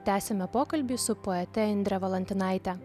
tęsiame pokalbį su poete indre valantinaite